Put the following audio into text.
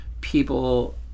people